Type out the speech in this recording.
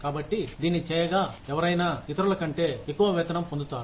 కాబట్టి దీన్ని చేయగా ఎవరైనా ఇతరుల కంటే ఎక్కువ వేతనం పొందుతారు